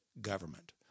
government